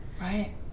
right